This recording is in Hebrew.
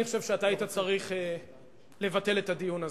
אני חושב שאתה היית צריך לבטל את הדיון הזה.